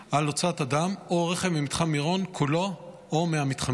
על הוצאת אדם או רכב ממתחם מירון כולו או מהמתחמים.